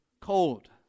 cold